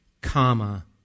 comma